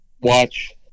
watch